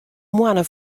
moanne